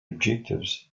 objectives